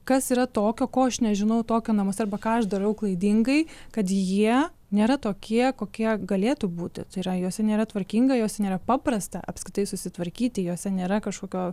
kas yra tokio ko aš nežinau tokio namuose arba ką aš darau klaidingai kad jie nėra tokie kokie galėtų būti tai yra juose nėra tvarkinga juose nėra paprasta apskritai susitvarkyti juose nėra kažkokios